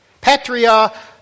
patria